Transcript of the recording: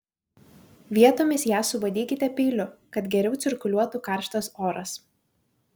vietomis ją subadykite peiliu kad geriau cirkuliuotų karštas oras